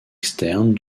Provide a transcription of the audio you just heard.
externes